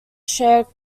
shared